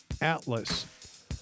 ATLAS